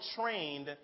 trained